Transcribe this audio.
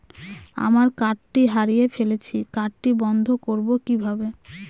আমার কার্ডটি হারিয়ে ফেলেছি কার্ডটি বন্ধ করব কিভাবে?